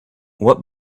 what